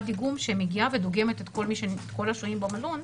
דיגום שמגיעה ודוגמת את כל השוהים במלון.